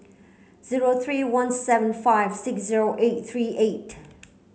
zero three one seven five six zero eight three eight